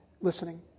listening